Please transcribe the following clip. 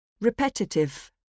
Repetitive